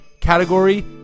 category